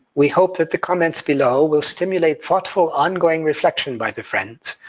we hope that the comments below will stimulate thoughtful, ongoing reflection by the friends.